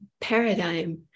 paradigm